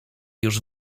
już